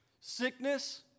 sickness